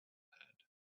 had